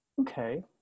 Okay